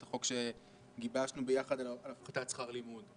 החוק שגיבשנו יחד על הפחתת שכר לימוד.